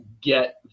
get